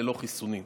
ללא חיסונים,